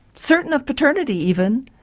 certain of paternity even,